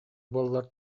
буоллар